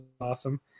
awesome